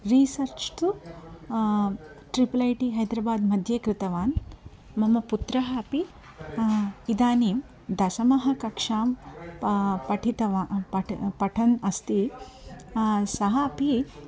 research तु triple I T हैद्राबादमध्ये कृतवान् मम पुत्रः अपि इदानीं दशमः कक्षां पा पठितवान् पट् पठन् अस्ति सः अपि